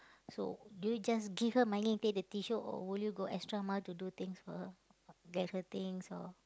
so do you just give her money and take the tissue or will you go extra mile to do things for her get her things or